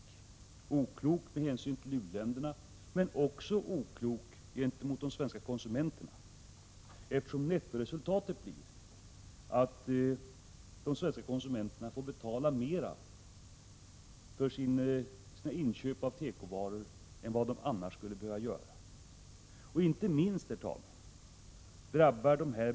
Den är oklok med hänsyn till u-länderna men också gentemot de svenska konsumenterna, eftersom nettoresultatet blir att de svenska konsumenterna får betala mera för sina inköp av tekovaror än vad de annars skulle behöva göra. Herr talman!